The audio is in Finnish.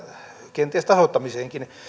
kenties tasoittamiseenkin